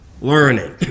learning